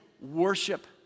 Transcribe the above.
worship